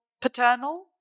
paternal